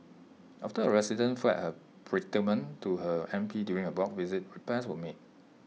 after A resident flagged her predicament to her M P during A block visit repairs were made